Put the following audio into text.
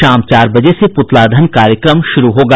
शाम चार बजे से पुतला दहन कार्यक्रम शुरू होगा